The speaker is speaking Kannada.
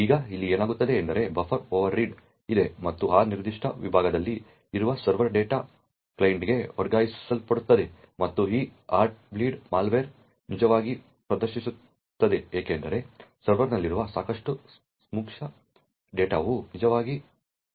ಈಗ ಇಲ್ಲಿ ಏನಾಗುತ್ತಿದೆ ಎಂದರೆ ಬಫರ್ ಓವರ್ ರೀಡ್ ಇದೆ ಮತ್ತು ಆ ನಿರ್ದಿಷ್ಟ ವಿಭಾಗದಲ್ಲಿ ಇರುವ ಸರ್ವರ್ ಡೇಟಾ ಕ್ಲೈಂಟ್ಗೆ ವರ್ಗಾಯಿಸಲ್ಪಡುತ್ತದೆ ಮತ್ತು ಈ ಹಾರ್ಟ್ ಬೀಟ್ ಮಾಲ್ವೇರ್ನಲ್ಲಿ ನಿಜವಾಗಿ ಪ್ರದರ್ಶಿಸಿದ್ದು ಏನೆಂದರೆ ಸರ್ವರ್ನಲ್ಲಿರುವ ಸಾಕಷ್ಟು ಸೂಕ್ಷ್ಮ ಡೇಟಾವು ನಿಜವಾಗಿ ಸೋರಿಕೆಯಾಗಿದೆ